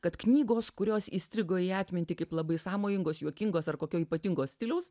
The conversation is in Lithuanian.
kad knygos kurios įstrigo į atmintį kaip labai sąmojingos juokingos ar kokio ypatingo stiliaus